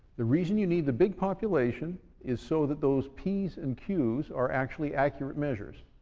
the reason you need the big population is so that those p's and q's are actually accurate measures.